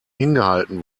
hingehalten